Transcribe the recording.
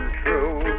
true